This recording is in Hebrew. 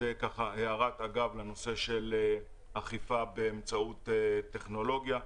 זו הערת אגב לנושא אכיפה באמצעות טכנולוגיה.